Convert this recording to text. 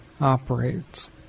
operates